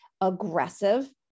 aggressive